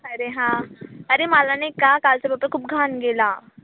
अरे हां अरे माला नाही का कालचा पेपर खूप घाण गेला